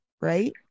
Right